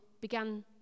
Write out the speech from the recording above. began